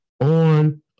on